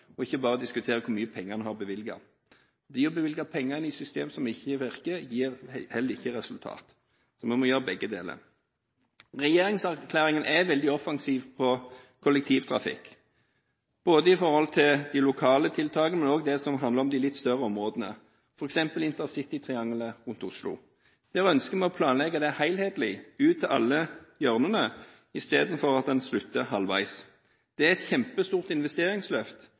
på, ikke bare diskutere hvor mye penger man har bevilget. Det å bevilge penger inn i et system som ikke virker, gir heller ikke resultater. Vi må gjøre begge deler. Regjeringserklæringen er veldig offensiv på kollektivtrafikk når det gjelder de lokale tiltakene, men også det som handler om de litt større områdene, f.eks. intercitytriangelet rundt Oslo. Vi ønsker å planlegge det helhetlig – ut til alle hjørnene – i stedet for at man slutter halvveis. Det er et kjempestort investeringsløft,